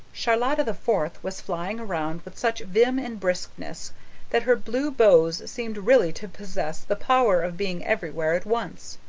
charlotta the fourth was flying around with such vim and briskness that her blue bows seemed really to possess the power of being everywhere at once.